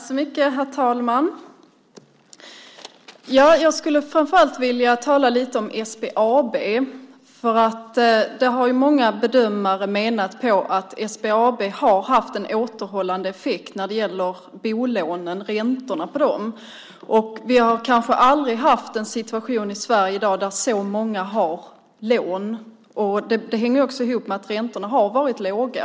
Herr talman! Jag skulle framför allt vilja tala lite om SBAB. Många bedömare har ju menat att SBAB har haft en återhållande effekt när det gäller bolånen och räntorna på dem. Vi har kanske aldrig tidigare haft en situation i Sverige där så många har lån som i dag. Det hänger också ihop med att räntorna har varit låga.